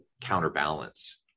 counterbalance